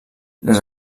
les